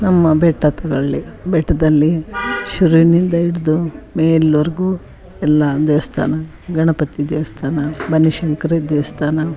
ನಮ್ಮ ಬೆಟ್ಟಗಳ್ಲಿ ಬೆಟ್ಟದಲ್ಲಿ ಶುರುವಿನಿಂದ ಹಿಡಿದು ಮೇಲ್ವರೆಗೂ ಎಲ್ಲ ದೇವಸ್ಥಾನ ಗಣಪತಿ ದೇವಸ್ಥಾನ ಬನಶಂಕರಿ ದೇವಸ್ಥಾನ